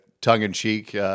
tongue-in-cheek